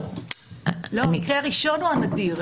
המקרה הראשון הוא הנדיר,